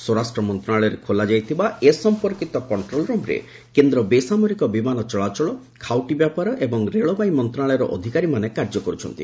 ସ୍ୱରାଷ୍ଟ୍ର ମନ୍ତ୍ରଣାଳୟରେ ଖୋଲା ଯାଇଥିବା ଏ ସମ୍ପର୍କୀତ କଣ୍ଟ୍ରୋଲ ରୁମ୍ରେ କେନ୍ଦ୍ର ବେସାମରିକ ବିମାନ ଚଳାଚଳ ଖାଉଟି ବ୍ୟାପାର ଏବଂ ରେଳବାଇ ମନ୍ତ୍ରଣାଳୟର ଅଧିକାରୀମାନେ କାର୍ଯ୍ୟ କରୁଛନ୍ତି